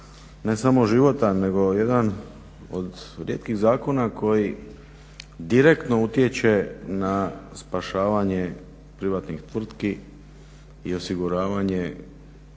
ne samo života nego jedan od rijetkih zakona koji direktno utječe na spašavanje tvrtki i osiguravanje